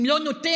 אם לא ניתן,